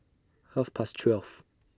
Half Past twelve